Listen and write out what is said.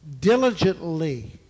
diligently